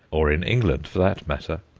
or in england for that matter.